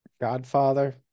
Godfather